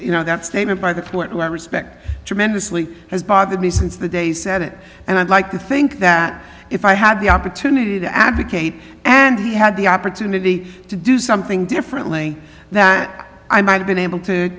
you know that statement by the court i respect tremendously has bothered me since the day said it and i'd like to think that if i had the opportunity to advocate and he had the opportunity to do something differently that i might have been able to